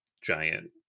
giant